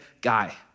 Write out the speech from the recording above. guy